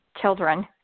children